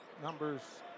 numbers